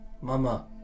Mama